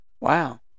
Wow